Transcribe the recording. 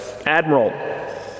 admiral